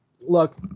look